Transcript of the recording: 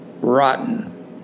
rotten